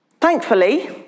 Thankfully